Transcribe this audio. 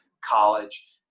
college